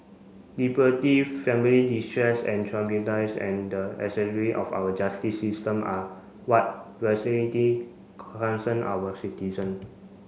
liberty family distress and and the of our justice system are what concern our citizen